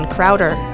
Crowder